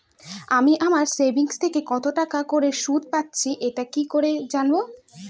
আমি আমার সেভিংস থেকে কতটাকা করে সুদ পাচ্ছি এটা কি করে জানব?